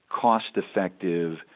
cost-effective